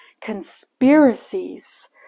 conspiracies